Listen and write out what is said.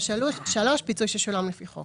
פיצוי ששולם לפי החוק,